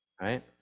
Right